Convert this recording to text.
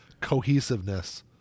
cohesiveness